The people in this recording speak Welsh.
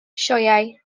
sioeau